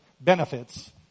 benefits